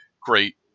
great